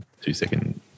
two-second